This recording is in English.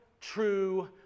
true